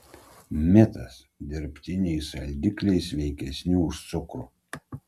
mitas dirbtiniai saldikliai sveikesni už cukrų